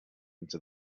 into